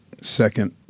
second